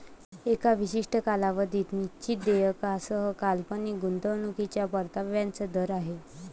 एका विशिष्ट कालावधीत निश्चित देयकासह काल्पनिक गुंतवणूकीच्या परताव्याचा दर आहे